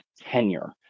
tenure